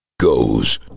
goes